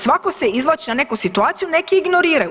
Svako se izvlači na neku situaciju, neki ignoriraju.